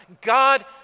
God